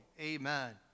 Amen